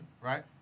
right